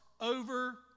over